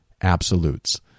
absolutes